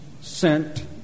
sent